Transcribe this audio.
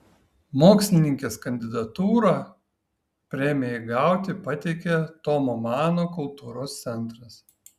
mokslininkės kandidatūrą premijai gauti pateikė tomo mano kultūros centras